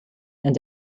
and